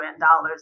dollars